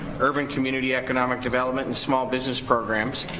urban community, economic development and small business programs.